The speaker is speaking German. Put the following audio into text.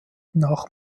nach